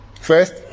First